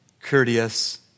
courteous